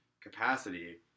capacity